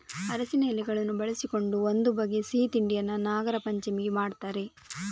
ಅರಸಿನ ಎಲೆಗಳನ್ನು ಬಳಸಿಕೊಂಡು ಒಂದು ಬಗೆಯ ಸಿಹಿ ತಿಂಡಿಯನ್ನ ನಾಗರಪಂಚಮಿಗೆ ಮಾಡ್ತಾರೆ